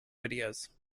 videos